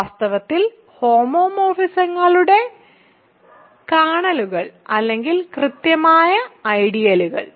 വാസ്തവത്തിൽ ഹോമോമോർഫിസങ്ങളുടെ കേർണലുകൾ അല്ലെങ്കിൽ കൃത്യമായി ഐഡിയലുകൾ